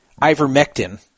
ivermectin